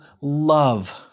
love